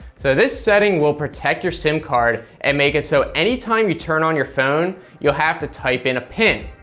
so this setting will protect your sim card, and make it so any time you turn on your phone, you'll have to type in a pin.